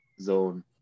zone